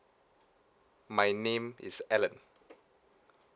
my name is allen